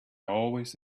always